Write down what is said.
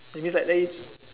that means like let it